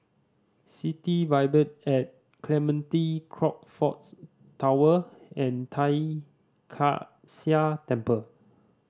City Vibe at Clementi Crockfords Tower and Tai Kak Seah Temple